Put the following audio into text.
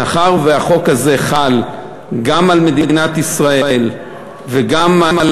מאחר שהחוק הזה חל גם על מדינת ישראל וגם על